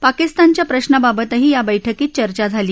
पाकिस्तानच्या प्रश्नाबाबतही या बैठकीत चर्चा झाली